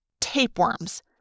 tapeworms